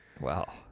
Wow